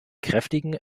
kräftigen